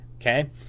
okay